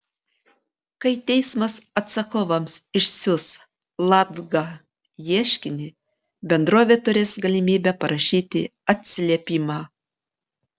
kai teismas atsakovams išsiųs latga ieškinį bendrovė turės galimybę parašyti atsiliepimą